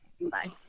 Bye